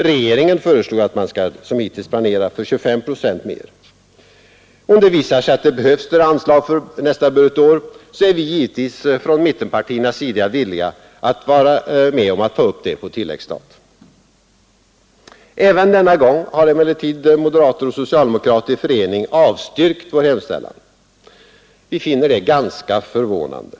Regeringen föreslår att man som hittills skall planera för 25 procent mer. Om det visar sig att det behövs större anslag för nästa budgetår, så är vi givetvis från mittenpartiernas sida villiga att vara med om att ta upp det på tilläggsstat. Även denna gång har emellertid moderater och socialdemokrater i Nr 72 förening avstyrkt vår hemställan. Vi finner detta ganska förvånande.